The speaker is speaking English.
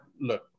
Look